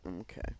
Okay